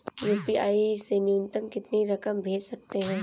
UPI से न्यूनतम कितनी रकम भेज सकते हैं?